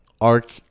Arc